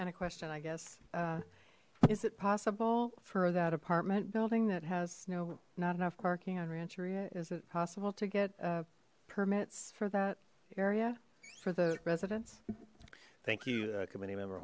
and a question i guess is it possible for that apartment building that has no not enough parking on rancheria is it possible to get permits for that area for the residents thank you committee member